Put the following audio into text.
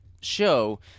show